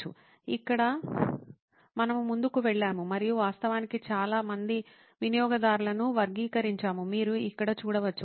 ఇక్కడ మనము ముందుకు వెళ్ళాము మరియు వాస్తవానికి చాలా మంది వినియోగదారులను వర్గీకరించాము మీరు ఇక్కడ చూడవచ్చు